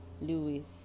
Lewis